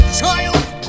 child